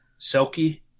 Selkie